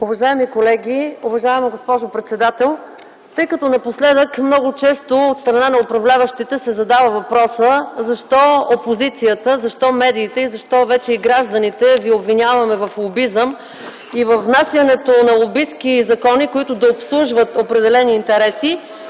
Уважаеми колеги, уважаема госпожо председател! Тъй като напоследък много често, от страна на управляващите, се задава въпросът: защо опозицията, защо медиите, защо вече и гражданите ви обвиняваме в лобизъм и във внасянето на лобистки закони, които да обслужват определени интереси,